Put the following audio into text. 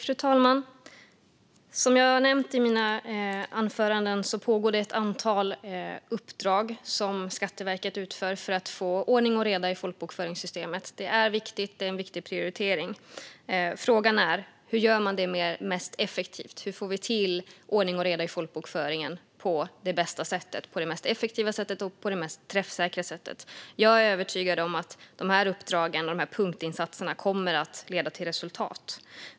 Fru talman! Som jag har nämnt i mina anföranden pågår det ett antal uppdrag som Skatteverket utför för att få ordning och reda i folkbokföringssystemet. Det är viktigt. Det är en viktig prioritering. Frågan är: Hur gör man det mest effektivt? Hur får vi till ordning och reda i folkbokföringen på det bästa sättet - på det mest effektiva sättet och på det mest träffsäkra sättet? Jag är övertygad om att dessa uppdrag och dessa punktinsatser kommer att leda till resultat.